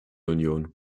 union